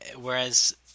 Whereas